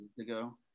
ago